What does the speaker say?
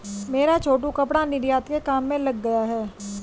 मेरा छोटू कपड़ा निर्यात के काम में लग गया है